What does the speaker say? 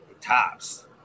tops